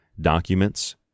documents